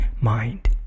mind